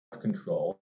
control